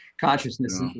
consciousness